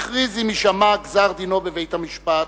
הכריז עם הישמע גזר-דינו בבית-המשפט: